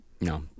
No